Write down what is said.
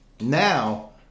Now